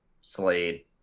Slade